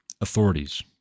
authorities